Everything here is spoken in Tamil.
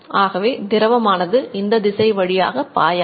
ஆகவே திரவமானது இந்த திசை வழியாக பாயாது